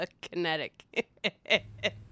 Kinetic